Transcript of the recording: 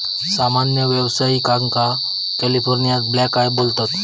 सामान्य व्यावसायिकांका California blackeye बोलतत